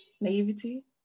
naivety